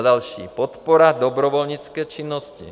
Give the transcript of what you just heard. Za další podpora dobrovolnické činnosti.